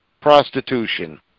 prostitution